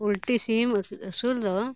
poultry ᱥᱤᱢ ᱟᱹᱥᱩᱞ ᱫᱚ